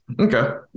Okay